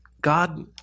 God